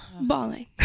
Bawling